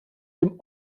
dem